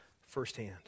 firsthand